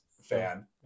fan